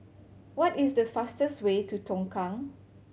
what is the fastest way to Tongkang